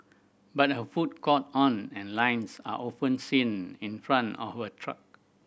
but her food caught on and lines are often seen in front of her truck